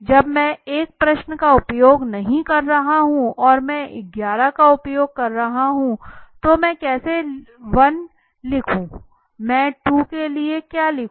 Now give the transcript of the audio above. जब मैं 1 प्रश्न का उपयोग नहीं कर रहा हूं और मैं 11 का उपयोग कर रहा हूं तो मैं 1 कैसे लिखूं मैं 2 के लिए क्या लिखूं